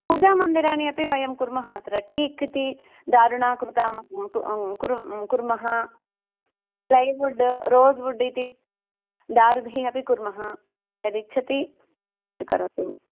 पूजामन्दिराणि अपि वयं कुर्मः अत्र टीक् इति दारुणा कृता कुर्मः प्लैवूड् रोज़्वूड् इति दारुभिः अपि कुर्मः यदिच्छति स्वीकरोतु